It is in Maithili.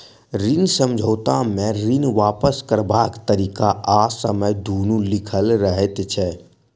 ऋण समझौता मे ऋण वापस करबाक तरीका आ समय दुनू लिखल रहैत छै